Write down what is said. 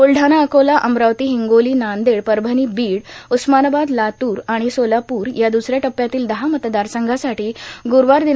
बुलढाणा अकोला अमरावती र्हिंगोलॉ नांदेड परभणीबीड उस्मानाबाद लातूर र्आण सोलापूर या दुसऱ्या टप्प्यातील दहा मतदारसंघांसाठों ग्रुवार दि